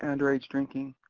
underage drinking.